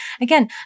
again